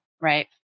Right